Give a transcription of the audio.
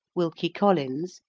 wilkie collins,